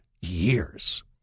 years